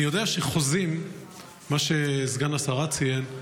כמו שסגן השרה ציין,